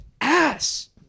Ass